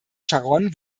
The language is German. sharon